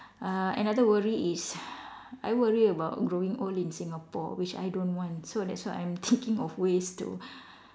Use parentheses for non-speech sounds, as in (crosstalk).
uh another worry is (breath) I worry about growing old in Singapore which I don't want so that's why I'm thinking of ways to